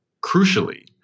crucially